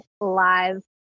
live